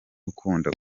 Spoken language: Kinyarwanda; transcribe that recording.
ukunda